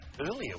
Earlier